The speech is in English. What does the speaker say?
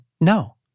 no